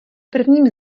prvním